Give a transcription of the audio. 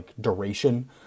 duration